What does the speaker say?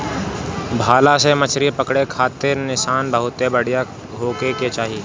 भाला से मछरी पकड़े खारित निशाना बहुते बढ़िया होखे के चाही